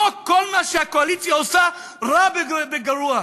לא כל מה שהקואליציה עושה רע וגרוע.